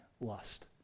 lust